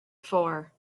four